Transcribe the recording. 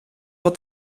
wat